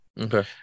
Okay